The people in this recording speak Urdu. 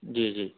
جی جی